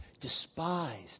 despised